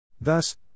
Thus